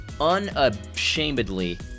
unashamedly